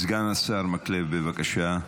סגן השר מקלב, בבקשה.